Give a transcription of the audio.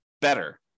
better